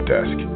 Desk